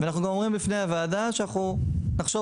ואנחנו אומרים בפני הוועדה שאנחנו נחשוב